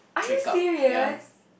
wake up ya